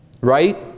Right